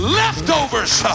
leftovers